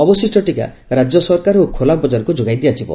ଅବଶିଷ୍ ଟିକା ରାକ୍ୟ ସରକାର ଓ ଖୋଲା ବଜାରକୁ ଯୋଗାଇ ଦିଆଯିବ